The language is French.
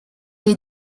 les